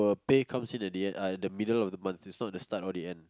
pay comes in at the end uh the middle of the month is not the start or the end